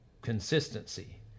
consistency